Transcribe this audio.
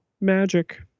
magic